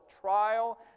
trial